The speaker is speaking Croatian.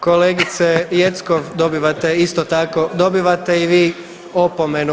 Kolegice Jeckov dobivate isto tako dobivate i vi opomenu.